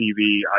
TV